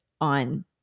on